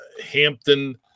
Hampton